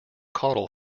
caudal